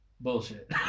Bullshit